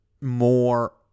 more